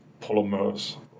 polymers